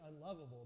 unlovable